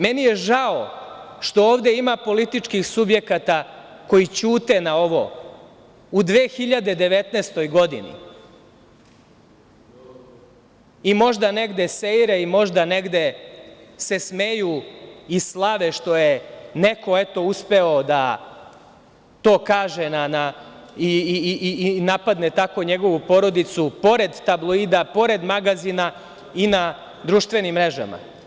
Meni je žao, što ovde ima političkih subjekata koji ćute na ovo u 2019. godini i možda negde seire, i možda negde se smeju i slave što je neko, eto uspeo da to kaže i napadne tako njegovu porodicu, pored tabloida, pored magazina i na društvenim mrežama.